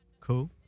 Cool